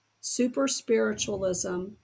super-spiritualism